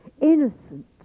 innocent